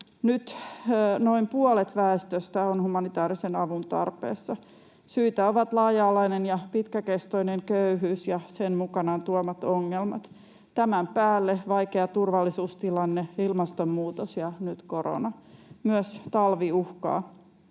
Nyt noin puolet väestöstä on humanitäärisen avun tarpeessa. Syitä ovat laaja-alainen ja pitkäkestoinen köyhyys ja sen mukanaan tuomat ongelmat. Tämän päälle vaikea turvallisuustilanne, ilmastonmuutos ja nyt korona, myös talvi uhkaa.